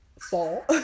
fall